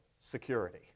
security